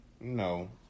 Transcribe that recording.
No